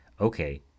okay